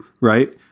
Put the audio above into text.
Right